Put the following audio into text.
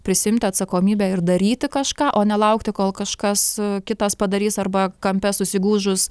prisiimti atsakomybę ir daryti kažką o nelaukti kol kažkas kitas padarys arba kampe susigūžus